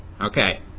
Okay